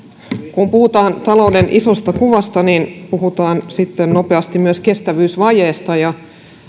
kun puhutaan talouden isosta kuvasta niin puhutaan sitten nopeasti myös kestävyysvajeesta